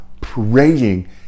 praying